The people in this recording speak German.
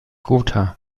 gotha